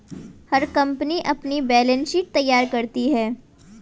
हर company अपनी balance sheet तैयार करती है